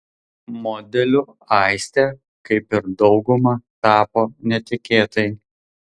modeliu aistė kaip ir dauguma tapo netikėtai